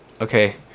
okay